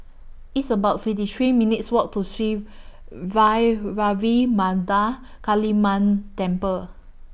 It's about fifty three minutes' Walk to Sri Vairavimada Kaliamman Temple